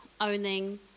owning